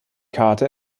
karte